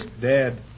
Dead